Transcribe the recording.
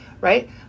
right